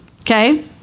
Okay